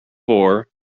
four